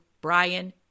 Brian